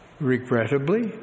Regrettably